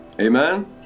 Amen